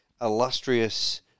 illustrious